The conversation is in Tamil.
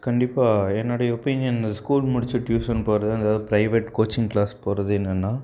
கண்டிப்பாக என்னோடய ஒப்பீனியன் ஸ்கூல் முடித்து டியூஷன் போகிறது அங்கே ஏதாவது ப்ரைவேட் கோச்சிங் க்ளாஸ் போகிறது என்னென்னா